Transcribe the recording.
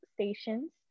stations